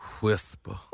whisper